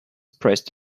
pressed